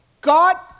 God